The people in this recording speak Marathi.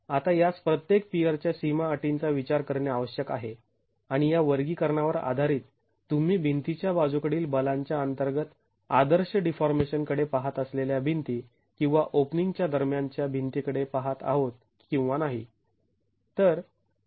आता यास प्रत्येक पियर च्या सीमा अटींचा विचार करणे आवश्यक आहे आणि या वर्गीकरणावर आधारित आम्ही भिंतीच्या बाजू कडील बलांच्या अंतर्गत आदर्श डीफॉर्मेशन कडे पहात असलेल्या भिंती किंवा ओपनिंग च्या दरम्यान च्या भिंतीकडे पाहत आहोत किंवा नाही